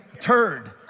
turd